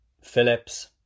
Phillips